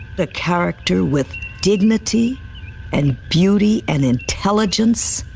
a character with dignity and beauty and intelligence?